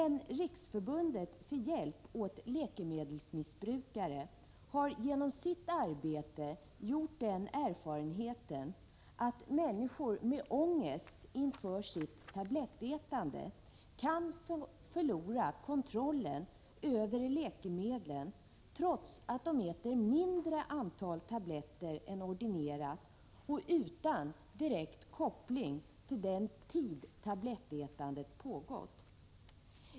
Men Riksförbundet för hjälp åt läkemedelsmissbrukare har genom sitt arbete gjort den erfarenheten att människor med ångest inför sitt tablettätande kan förlora kontrollen över läkemedlen trots att de äter mindre antal tabletter än ordinerat, och utan direkt koppling till den tid tablettätandet pågått.